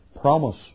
promise